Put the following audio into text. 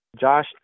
Josh